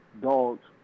dogs